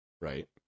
right